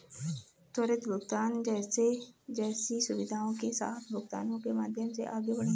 त्वरित भुगतान जैसी सुविधाओं के साथ भुगतानों के माध्यम से आगे बढ़ें